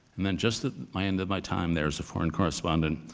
and then just at my end of my time there as a foreign correspondent,